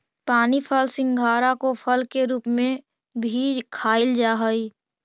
पानी फल सिंघाड़ा को फल के रूप में भी खाईल जा हई